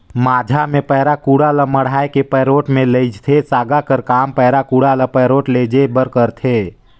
माझा मे पैरा कुढ़ा ल मढ़ाए के पैरोठ मे लेइजथे, सागा कर काम पैरा कुढ़ा ल पैरोठ लेइजे बर करथे